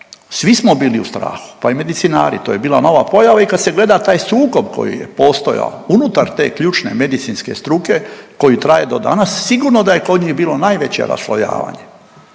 svi smo bili u strahu, pa i medicinari. To je bila nova pojava i kad se gleda taj sukob koji je postojao unutar te ključne medicinske struke koji traje do danas, sigurno da je kod njih bilo najveće raslojavanje